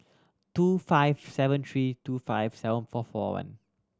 two five seven three two five seven four four one